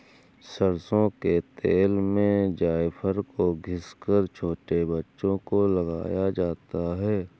सरसों के तेल में जायफल को घिस कर छोटे बच्चों को लगाया जाता है